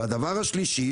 הדבר השלישי,